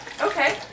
Okay